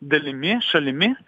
dalimi šalimi